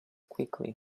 quickly